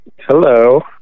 Hello